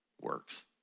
works